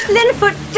Linfoot